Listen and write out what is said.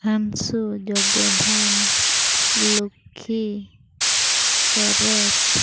Hemsu Jogedhon Lukkhi Suresh